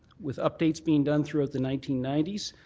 with updates being done throughout the nineteen ninety s,